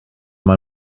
mae